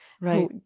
right